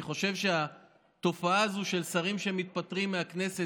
אני חושב שהתופעה הזאת של שרים שמתפטרים מהכנסת,